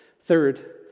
Third